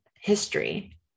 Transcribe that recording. history